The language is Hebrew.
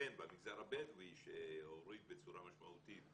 אכן, במגזר הבדואי שהוריד בצורה משמעותית,